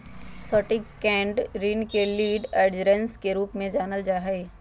syndicated ऋण के lead arrangers के रूप में जानल जा हई